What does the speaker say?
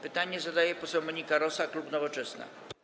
Pytanie zadaje poseł Monika Rosa, klub Nowoczesna.